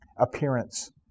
appearance